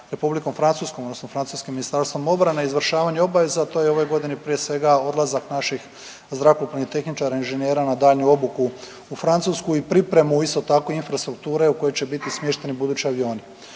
Republikom Francuskom, odnosno francuskim Ministarstvom obrane izvršavanje obaveza, a to je u ovoj godini prije svega odlazak naših zrakoplovnih tehničara, inženjera na daljnju obuku u Francusku i pripremu isto tako infrastrukture u kojoj će biti smješteni budući avioni.